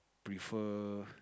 prefer